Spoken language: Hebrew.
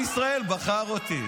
עם ישראל בחר אותי.